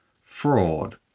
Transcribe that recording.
fraud